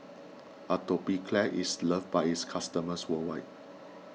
Atopiclair is loved by its customers worldwide